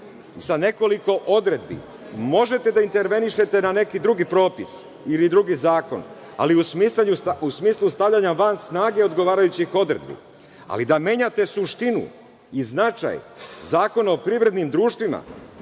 sa nekoliko odredbi možete da intervenišete na neki drugi propis ili drugi zakon, ali u smislu stavljanja van snage odgovarajuće odredbe, ali da menjate suštinu i značaj Zakona o privrednim društvima